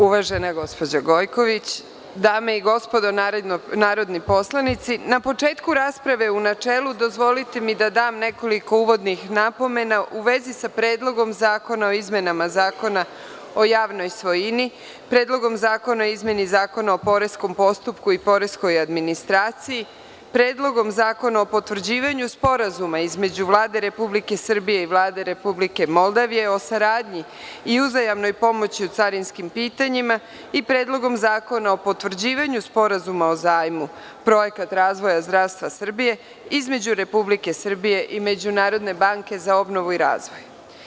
Uvažena gospođo Gojković, dame i gospodo narodni poslanici, na početku rasprave u načelu dozvolite mi da dam nekoliko uvodnih napomena u vezi sa Predlogom zakona o izmenama Zakona o javnoj svojini, Predlogom zakona o izmeni Zakona o poreskom postupku i poreskoj administraciji, Predlogom zakona o potvrđivanju Sporazuma između Vlade Republike Srbije i Vlade Republike Moldavije o saradnji i uzajamnoj pomoći u carinskim pitanjima i Predlogom zakona o potvrđivanju Sporazuma o zajmu projekat razvoja zdravstva Srbije između Republike Srbije i Međunarodne banke za obnovu i razvoj.